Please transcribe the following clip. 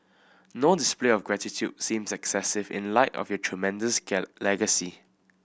no display of gratitude seems excessive in light of your tremendous legacy